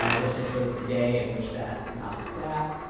ah this just shows the day at which that mouse was sacked.